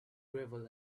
gravel